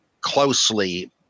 closely